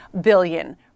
billion